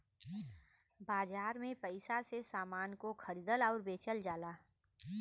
बाजार में पइसा से समान को खरीदल आउर बेचल जाला